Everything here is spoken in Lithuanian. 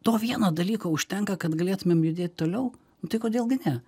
to vieno dalyko užtenka kad galėtumėm judėt toliau tai kodėl gi ne